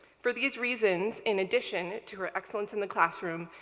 for these reasons, in addition to her excellence in the classroom,